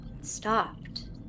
stopped